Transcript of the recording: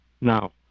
Now